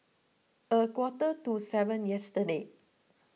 a quarter to seven yesterday